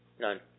none